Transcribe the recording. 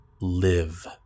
live